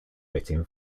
written